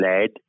led